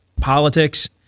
politics